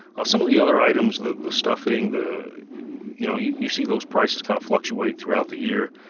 some of the other items the the stuffing, the you know, you you see those prices kind of fluctuate throughout the year.